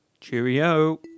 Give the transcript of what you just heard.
Cheerio